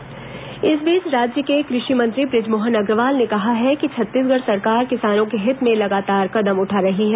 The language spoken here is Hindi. कृषि मंत्री प्रेसवार्ता इस बीच राज्य के कृषि मंत्री ब्रजमोहन अग्रवाल ने कहा है कि छत्तीसगढ़ सरकार किसानों के हित में लगातार कदम उठा रही है